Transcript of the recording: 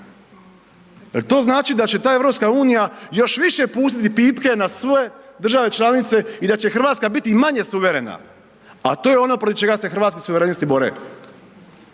Jel to znači da će ta EU još više pustiti pipke na sve države članice i da će Hrvatska biti i manje suverena a to je ono protiv čega se Hrvatsku suverenisti bore?